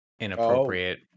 inappropriate